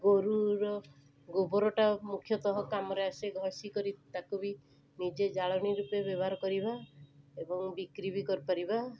ଗୋରୁର ଗୋବରଟା ମୁଖ୍ୟତଃ କାମରେ ଆସେ ଘଷି କରି ତାକୁ ବି ନିଜେ ଜାଳେଣୀ ରୂପେ ବ୍ୟବହାର କରିବା ଏବଂ ବିକ୍ରି ବି କରିପାରିବା